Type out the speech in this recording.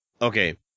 Okay